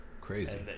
crazy